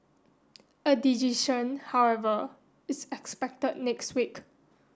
a decision however is expected next week